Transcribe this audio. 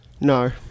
no